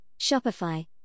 Shopify